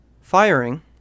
firing